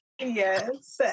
yes